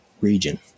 region